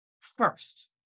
first